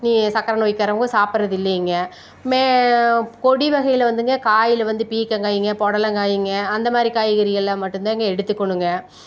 சக்கரை நோய்காரங்க சாப்பிடுறது இல்லைங்க கொடி வகையில் வந்துங்க காயில் வந்து பீர்க்கங்காய்ங்க புடலங்காய்ங்க அந்தமாதிரி காய்கறி எல்லாம் மட்டும்தாங்க எடுத்துக்கணுங்க